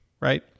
right